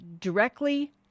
directly